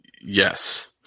Yes